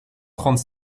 trente